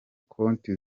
konti